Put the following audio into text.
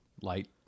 light